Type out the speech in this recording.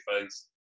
face